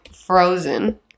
frozen